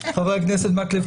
חבר הכנסת מקלב,